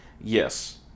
Yes